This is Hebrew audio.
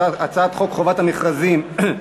הצעת חוק חובת המכרזים (תיקון,